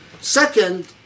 Second